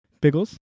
Biggles